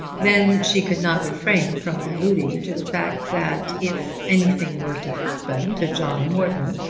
then she could not refrain from alluding to the fact that if anything were to happen to john morton,